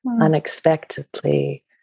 unexpectedly